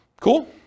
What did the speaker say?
Cool